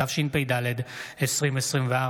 התשפ"ד 2024,